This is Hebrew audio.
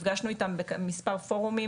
אנחנו נגשנו איתם במספר פורומים,